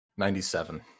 97